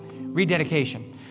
rededication